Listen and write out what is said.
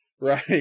right